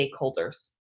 stakeholders